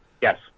Yes